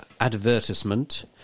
advertisement